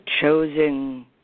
chosen